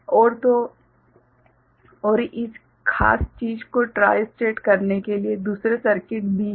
और तो और इस खास चीज को ट्राई स्टेट करने के लिए दूसरे सर्किट भी हैं